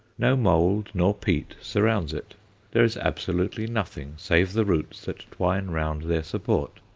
no mould nor peat surrounds it there is absolutely nothing save the roots that twine round their support,